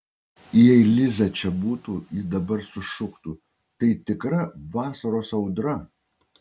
jei liza čia būtų ji dabar sušuktų tai tikra vasaros audra